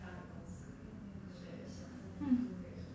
hmm